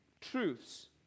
truths